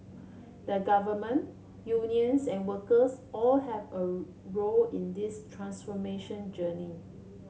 the government unions and workers all have a role in this transformation journey